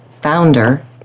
founder